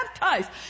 baptized